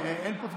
אם כך,